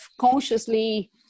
consciously